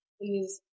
Please